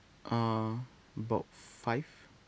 uh about five